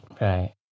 Right